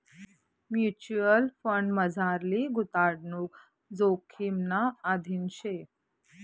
mutual फंडमझारली गुताडणूक जोखिमना अधीन शे